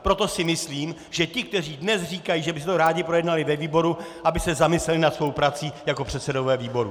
Proto si myslím, že ti, kteří dnes říkají, že by si to rádi projednali ve výboru, aby se zamysleli nad svou prací jako předsedové výborů!